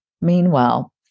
Meanwhile